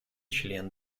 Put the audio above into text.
член